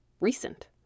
recent